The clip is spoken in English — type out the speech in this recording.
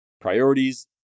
Priorities